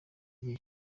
igihe